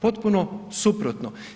Potpuno suprotno.